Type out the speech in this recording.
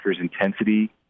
intensity